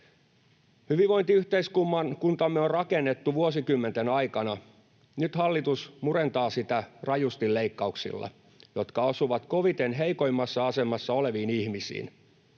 Hyvinvointiyhteiskuntamme on rakennettu vuosikymmenten aikana. Nyt hallitus murentaa sitä rajusti leikkauksilla, jotka osuvat koviten heikoimmassa asemassa oleviin ihmisiin.